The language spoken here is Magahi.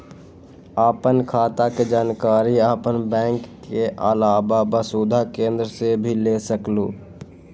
आपन खाता के जानकारी आपन बैंक के आलावा वसुधा केन्द्र से भी ले सकेलु?